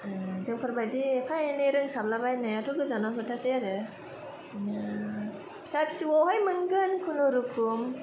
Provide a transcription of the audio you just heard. जोंफोरबायदि एफा एनै रोंसाबला बायनायाथ' गोजानाव खोथासै आरो फिसा फिसौआव हाय मोनगोन खुनु रुखुम